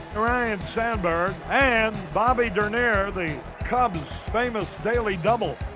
ryne sandberg and bobby dernier, the cubs' famous daily double.